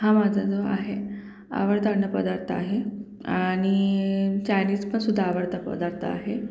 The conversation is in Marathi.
हा माझा जो आहे आवडता अन्नपदार्थ आहे आणि चायनीज पण सुद्धा आवडता पदार्थ आहे